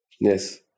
Yes